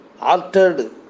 altered